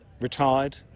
retired